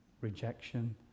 rejection